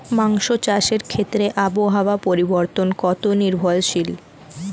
মৎস্য চাষের ক্ষেত্রে আবহাওয়া পরিবর্তন কত নির্ভরশীল?